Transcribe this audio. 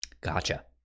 Gotcha